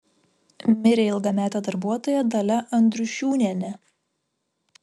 mirė ilgametė darbuotoja dalia andriušiūnienė